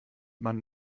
man